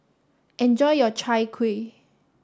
enjoy your Chai Kuih